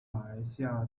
马来西亚